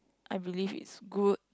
I believe is good